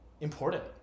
important